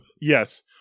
Yes